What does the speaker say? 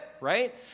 Right